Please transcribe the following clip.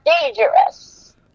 dangerous